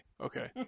okay